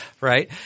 right